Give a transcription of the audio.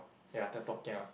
ya Ted Talk kia